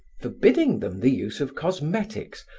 forbidding them the use of cosmetics,